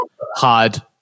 Hard